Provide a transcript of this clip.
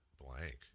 blank